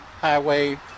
Highway